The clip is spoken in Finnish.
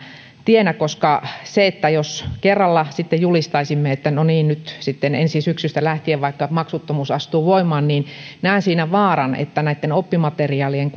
tienä koska jos kerralla sitten julistaisimme että no niin nyt sitten vaikkapa ensi syksystä lähtien maksuttomuus astuu voimaan niin näen siinä vaaran että näitten oppimateriaalien